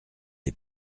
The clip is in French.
les